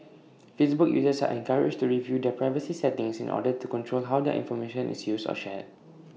Facebook users are encouraged to review their privacy settings in order to control how their information is used or shared